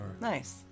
Nice